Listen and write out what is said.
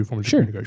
Sure